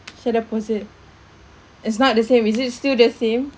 saya dah post it it's not the same is it still the same